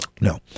No